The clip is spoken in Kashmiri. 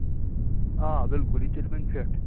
آ بِلکُل یہِ چَلہِ وَنہِ فِٹ